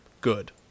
good